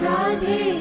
Radhe